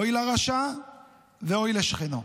אוי לרשע ואוי לשכנו.